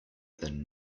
than